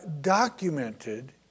documented